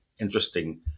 interesting